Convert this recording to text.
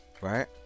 right